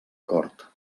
cort